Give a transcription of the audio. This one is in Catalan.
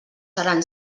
seran